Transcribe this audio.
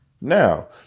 Now